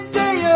day